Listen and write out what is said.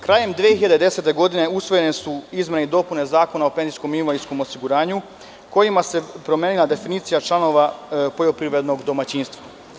Krajem 2010. godine usvojene su izmene i dopune Zakona o penzijskom i invalidskom osiguranju, kojima se promenila definicija članova poljoprivrednog domaćinstva.